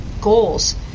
goals